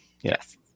Yes